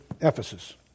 Ephesus